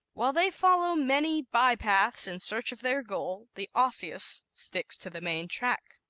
while they follow many by-paths in search of their goal the osseous sticks to the main track.